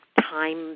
time